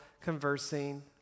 conversing